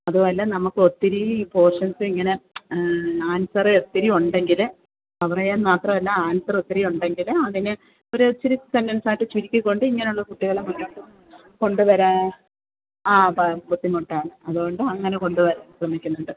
അതുമല്ല നമുക്കൊത്തിരീ പോഷൻസിങ്ങനെ ആൻസറ് ഒത്തിരി ഉണ്ടെങ്കിൽ അവരെ മാത്രമല്ല ആൻസറൊത്തിരി ഉണ്ടെങ്കിൽ അതിനെ ഒരിച്ചിരി സെൻ്റെൻസായിട്ട് ചുരുക്കിക്കൊണ്ട് ഇങ്ങനുള്ള കുട്ടികളെ കൊണ്ടുവരാൻ ആ പാ ബുദ്ധിമുട്ടാണ് അതുകൊണ്ട് അങ്ങനെ കൊണ്ടുവരാൻ ശ്രമിക്കുന്നുണ്ട്